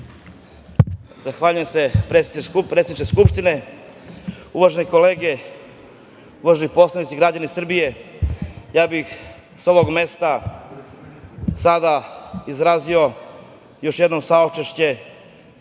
Zahvaljujem se, predsedniče Skupštine. Uvažene kolege, uvaženi poslanici, građani Srbije, ja bih sa ovog mesta sada izrazio još jednom saučešće